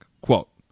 Quote